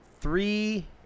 three